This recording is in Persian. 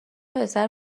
پسر